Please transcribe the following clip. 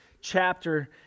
chapter